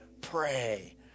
pray